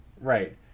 Right